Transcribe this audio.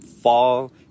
fall